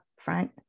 front